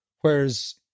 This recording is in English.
Whereas